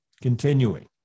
continuing